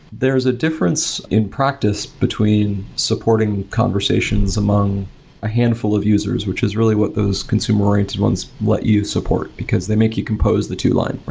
there is a difference in practice between supporting conversations among a handful of users, which is really what those consumer oriented ones let you support, because they make you compose the two line.